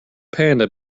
panda